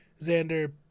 Xander